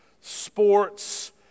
sports